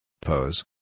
Pose